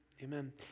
Amen